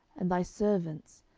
and thy servants,